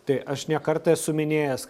tai aš ne kartą esu minėjęs